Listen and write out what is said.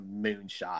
moonshot